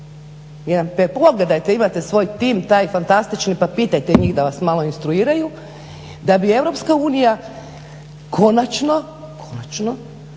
kuge. Pogledajte imate svoj tim taj fantastični, pa pitajte njih da vas malo instruiraju da bi EU konačno, konačno